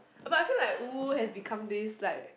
but I feel like uwu has become this like